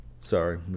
Sorry